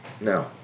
No